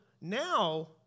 now